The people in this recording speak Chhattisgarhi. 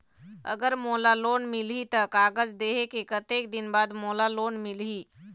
अगर मोला लोन मिलही त कागज देहे के कतेक दिन बाद मोला लोन मिलही?